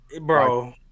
Bro